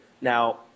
Now –